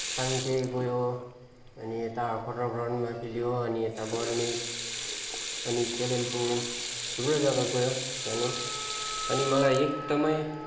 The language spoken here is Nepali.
साङ्चे गयो अनि यता खटर ग्राउन्डमा खेल्यो अनि यता बर्मेक अनि कालिम्पोङ थुप्रो जग्गा गयो जानु अनि मलाई एकदमै